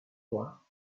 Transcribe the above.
loire